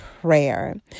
prayer